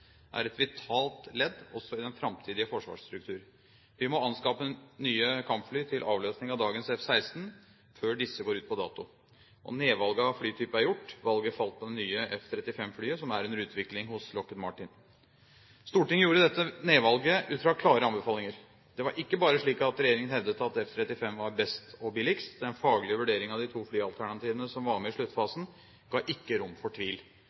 er et vitalt ledd også i den framtidige forsvarsstruktur. Vi må anskaffe nye kampfly til avløsning av dagens F-16 før disse går ut på dato. Og nedvalget av flytype er gjort. Valget falt på det nye F-35-flyet, som er under utvikling hos Lockheed Martin. Stortinget gjorde dette nedvalget ut fra klare anbefalinger. Det var ikke bare slik at regjeringen hevdet at F-35 var best og billigst. Den faglige vurdering av de to flyalternativene som var med i sluttfasen, ga ikke rom for tvil.